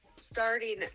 starting